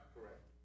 Correct